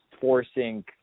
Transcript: forcing